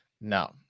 No